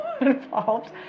involved